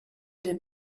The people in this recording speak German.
den